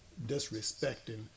disrespecting